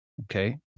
Okay